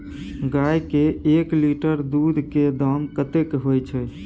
गाय के एक लीटर दूध के दाम कतेक होय छै?